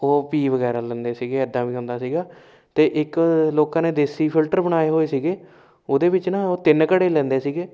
ਉਹ ਪੀ ਵਗੈਰਾ ਲੈਂਦੇ ਸੀਗੇ ਇੱਦਾਂ ਵੀ ਹੁੰਦਾ ਸੀਗਾ ਅਤੇ ਇੱਕ ਲੋਕਾਂ ਨੇ ਦੇਸੀ ਫਿਲਟਰ ਬਣਾਏ ਹੋਏ ਸੀਗੇ ਉਹਦੇ ਵਿੱਚ ਨਾ ਉਹ ਤਿੰਨ ਘੜੇ ਲੈਂਦੇ ਸੀਗੇ